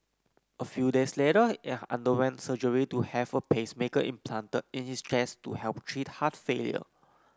a few days later he underwent surgery to have a pacemaker implanted in his chest to help treat heart failure